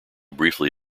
briefly